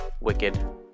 Wicked